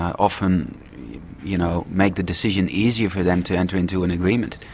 often you know make the decision easier for them to enter into an agreement.